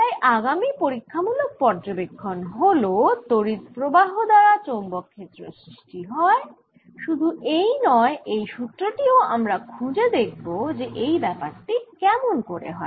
তাই আগামি পরীক্ষামূলক পর্যবেক্ষণ হল তড়িৎ প্রবাহ দ্বারা চৌম্বক ক্ষেত্র সৃষ্টি হয় শুধু এই নয় সেই সুত্র টিও আমরা খুঁজে দেখব যে এই ব্যাপারটি কেমন করে হয়